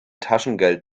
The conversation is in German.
taschengeld